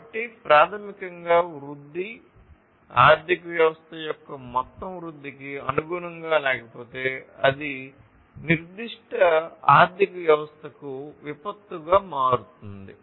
కాబట్టి ప్రాథమికంగా వృద్ధి ఆర్థిక వ్యవస్థ యొక్క మొత్తం వృద్ధికి అనుగుణంగా లేకపోతే అది నిర్దిష్ట ఆర్థిక వ్యవస్థకు విపత్తుగా మారుతుంది